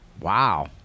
Wow